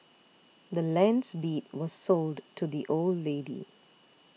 the land's deed was sold to the old lady